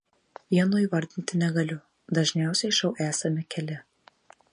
vieno įvardinti negaliu dažniausiai šou esame keli